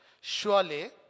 Surely